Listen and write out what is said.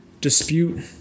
dispute